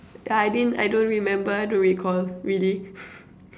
yeah I didn't I don't remember I don't recall really